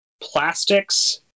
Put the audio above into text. plastics